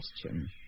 question